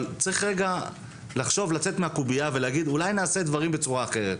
אבל צריך רגע לצאת מהקובייה ולהגיד אולי נעשה דברים בצורה אחרת.